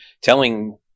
telling